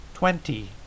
Twenty